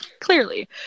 Clearly